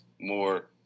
more